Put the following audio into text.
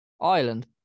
Ireland